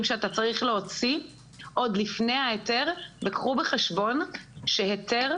שאתה צריך להוציא עוד לפני ההיתר וקחו בחשבון שהיתר,